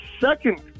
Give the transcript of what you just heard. second